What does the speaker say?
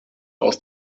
aus